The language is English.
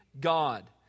God